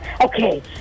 Okay